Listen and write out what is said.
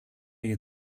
για